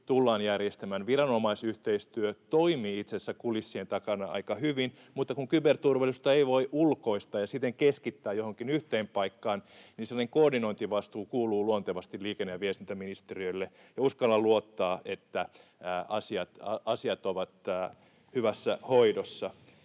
tullaan järjestämään. Viranomaisyhteistyö toimii itse asiassa kulissien takana aika hyvin, mutta kun kyberturvallisuutta ei voi ulkoistaa ja siten keskittää johonkin yhteen paikkaan, niin semmoinen koordinointivastuu kuuluu luontevasti liikenne- ja viestintäministeriölle, ja uskallan luottaa, että asiat ovat hyvässä hoidossa.